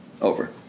Over